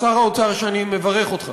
שאני מברך אותך